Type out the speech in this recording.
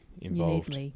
involved